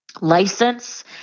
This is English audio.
License